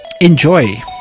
Enjoy